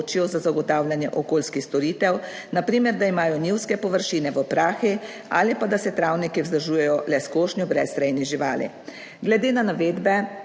za zagotavljanje okoljskih storitev, na primer, da imajo njivske površine v prahi ali pa, da se travniki vzdržujejo le s košnjo brez rejnih živali. 54. TRAK: